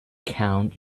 count